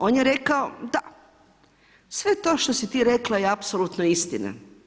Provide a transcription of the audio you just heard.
On je rekao da, sve to što si ti rekla je apsolutno istina.